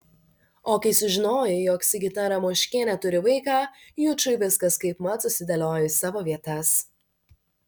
o kai sužinojo jog sigita ramoškienė turi vaiką jučui viskas kaipmat susidėliojo į savo vietas